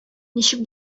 ничек